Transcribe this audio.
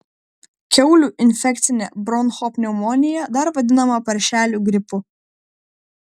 kiaulių infekcinė bronchopneumonija dar vadinama paršelių gripu